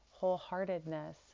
wholeheartedness